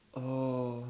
oh